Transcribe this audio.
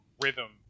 rhythm